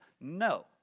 no